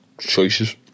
choices